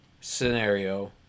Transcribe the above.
scenario